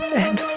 and